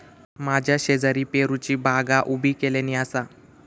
माझ्या शेजारी पेरूची बागा उभी केल्यानी आसा